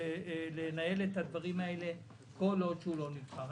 ולנהל את הדברים האלה כל עוד שהוא לא נבחר.